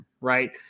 right